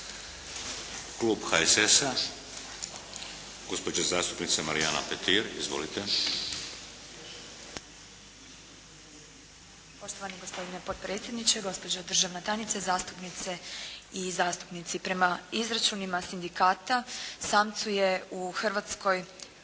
Klub HSS-a, gospođa zastupnica Marijana Petir. Izvolite. **Petir, Marijana (HSS)** Poštovani gospodine potpredsjedniče, gospođo državna tajnice, zastupnice i zastupnici. Prema izračunima sindikata samcu je u Hrvatskoj